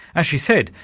as she said,